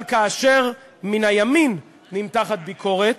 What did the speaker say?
אבל כאשר מן הימין נמתחת ביקורת,